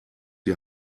die